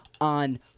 on